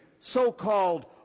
so-called